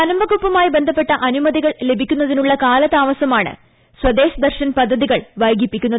വനം വകുപ്പുമായി ബന്ധപ്പെട്ട അനുമതികൾ ലഭിക്കുന്നതിനുള്ള കാലതാമസമാണ് സ്വദേശ് ദർശൻ പദ്ധതികൾ വൈകിപ്പിക്കുന്നത്